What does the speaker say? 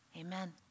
Amen